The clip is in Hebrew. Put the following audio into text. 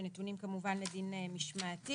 שנתונים כמובן לדין משמעתי,